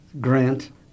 grant